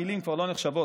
המילים כבר לא נחשבות,